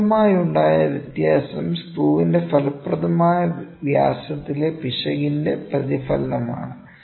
തത്ഫലമായുണ്ടാകുന്ന വ്യത്യാസം സ്ക്രൂവിന്റെ ഫലപ്രദമായ വ്യാസത്തിലെ പിശകിന്റെ പ്രതിഫലനമാണ്